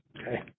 Okay